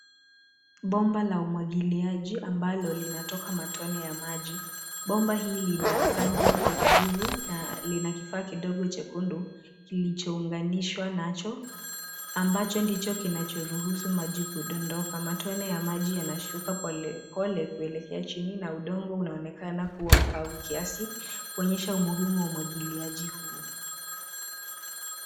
Bomba la umwagiliaji ambalo linatoka matone ya maji. Bomba hili lina rangi ya kijivu na lina kifaa kidogo chekundu kilichounganishwa nacho ambacho ndicho kinachoruhusu maji kudondoka. Matone ya maji yanashuka pole pole kuelekea chini, na udongo unaonekana kuwa mkavu kiasi, kuonyesha umuhimu wa umwagiliaji huu.